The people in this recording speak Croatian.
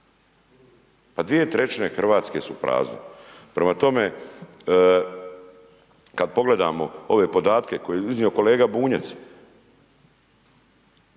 Pa 2/3 Hrvatske su prazne. Prema tome, kada pogledamo ove podatke koje je iznio kolega Bunjac,